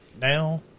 now